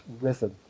rhythm